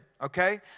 Okay